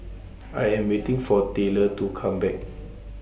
I Am waiting For Taylor to Come Back